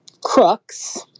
crooks